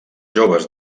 joves